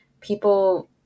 people